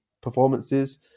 performances